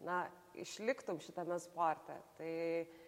na išliktum šitame sporte tai